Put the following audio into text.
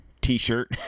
t-shirt